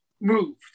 moved